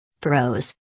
Pros